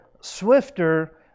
swifter